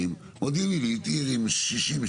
מודיעין עילית היא עיר עם 60,000,